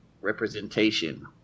representation